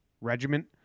regiment